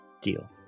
Deal